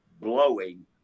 blowing